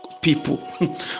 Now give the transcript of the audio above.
people